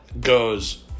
goes